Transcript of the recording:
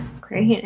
Great